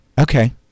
Okay